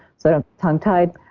sort of tongue-tied,